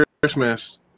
Christmas